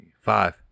five